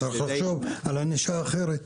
צריך לחשוב על ענישה אחרת.